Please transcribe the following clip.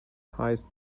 highest